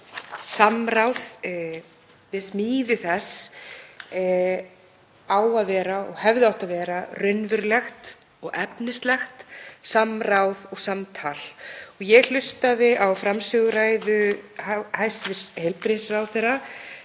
samráð við smíði þess á að vera og hefði átt að vera raunverulegt og efnislegt samráð og samtal. Ég hlustaði á framsöguræðu hæstv. heilbrigðisráðherra